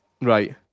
Right